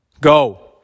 Go